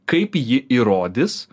kaip ji įrodys